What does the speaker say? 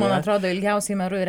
man atrodo ilgiausiai meru ir